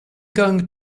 going